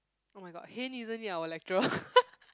oh-my-god Hayne isn't it our lecturer